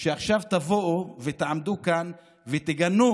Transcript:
שעכשיו תבוא ותעמדו כאן ותגנו,